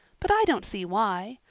but i don't see why.